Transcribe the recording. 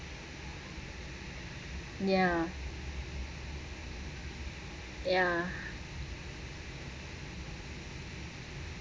ya ya